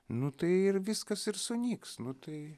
nu tai ir viskas ir sunyks nu tai